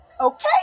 Okay